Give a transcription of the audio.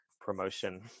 promotion